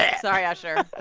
ah sorry, usher